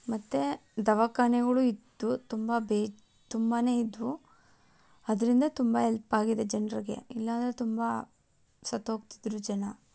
ಮತ್ತು ದವಾಖಾನೆಗಳು ಇತ್ತು ತುಂಬ ತುಂಬಾ ಇದ್ದವು ಅದರಿಂದ ತುಂಬ ಎಲ್ಪ್ ಆಗಿದೆ ಜನ್ರಿಗೆ ಇಲ್ಲಾಂದರೆ ತುಂಬ ಸತ್ತೋಗ್ತಿದ್ದರು ಜನ